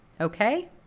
okay